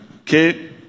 Okay